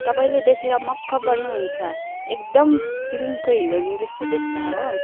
तपाईँले देखेर मक्ख पर्नु हुन्छ एकदम फिल्मको हिरोइन जस्ती देख्छ हो